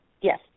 Yes